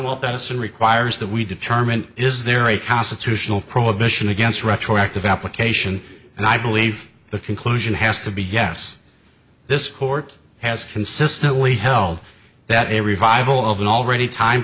this and requires that we determine is there a constitutional prohibition against retroactive application and i believe the conclusion has to be yes this court has consistently held that a revival of an already time